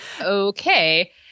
okay